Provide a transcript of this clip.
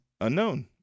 Unknown